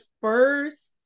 first